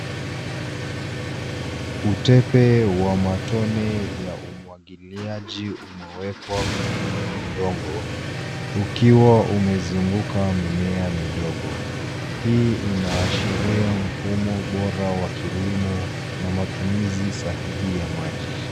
Utepe wa matone ya umwagiliaji umewekwa kwenye udongo ukiwa umezunguka mimea midogo. Hii inaashiria mfumo bora wa kilimo na matumizi sahihi ya maji.